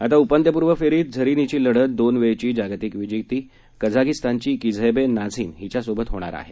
आता उपांत्यपूर्व फेरीत झरीन हिची लढत दोन वेळची जागतिक विजेती कझागिस्तानची किझैबे नाझीम हिच्यासोबत होणार आहे